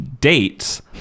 dates